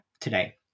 today